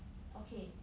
okay